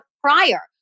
prior